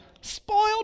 Spoiled